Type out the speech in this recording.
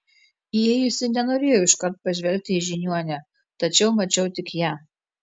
įėjusi nenorėjau iškart pažvelgti į žiniuonę tačiau mačiau tik ją